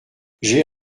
j’ai